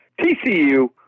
TCU